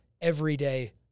everyday